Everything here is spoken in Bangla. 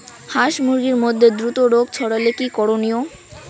হাস মুরগির মধ্যে দ্রুত রোগ ছড়ালে কি করণীয়?